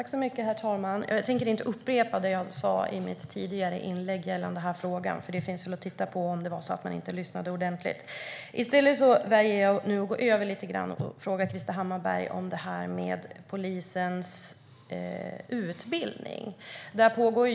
Herr talman! Jag tänker inte upprepa det jag sa i mitt tidigare inlägg gällande denna fråga. Det finns att ta del av om det var så att man inte lyssnade ordentligt. I stället väljer jag nu att gå över till att fråga Krister Hammarbergh om polisens utbildning.